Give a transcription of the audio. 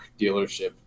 dealership